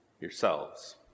yourselves